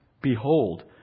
Behold